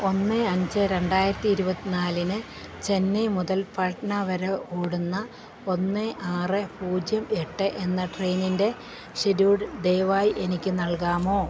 ഒന്ന് അഞ്ച് രണ്ടായിരത്തി ഇരുപത്തി നാലിന് ചെന്നൈ മുതൽ പട്ന വരെ ഓടുന്ന ഒന്ന് ആറ് പൂജ്യം എട്ട് എന്ന ട്രെയിനിൻ്റെ ഷെഡ്യൂൾ ദയവായി എനിക്ക് നൽകാമോ